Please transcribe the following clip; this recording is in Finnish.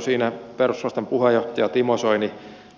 no siihen perussuomalaisten puheenjohtaja timo soini